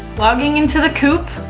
logging into the coop,